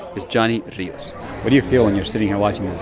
is johnny rios what do you feel when you're sitting here watching